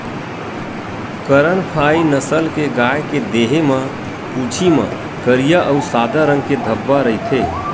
करन फ्राइ नसल के गाय के देहे म, पूछी म करिया अउ सादा रंग के धब्बा रहिथे